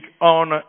on